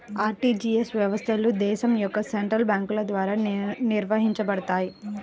RTGS వ్యవస్థలు దేశం యొక్క సెంట్రల్ బ్యేంకుల ద్వారా నిర్వహించబడతయ్